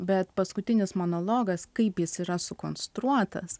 bet paskutinis monologas kaip jis yra sukonstruotas